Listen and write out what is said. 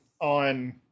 on